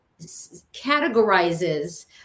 categorizes